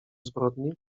zbrodni